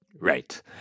Right